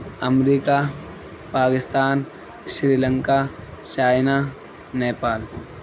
America Pakistan Sri Lanka China Nepal